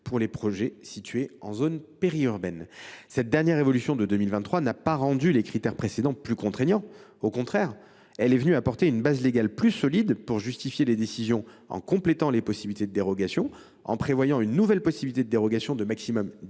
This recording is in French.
pour les projets situés en zone périurbaine. Cette dernière évolution n’a pas rendu les critères précédents plus contraignants : au contraire, elle a apporté une base légale plus solide pour justifier les décisions, en complétant les possibilités de dérogation et en en prévoyant une nouvelle, de 10 kilomètres au maximum,